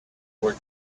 were